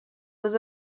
was